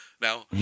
Now